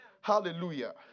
Hallelujah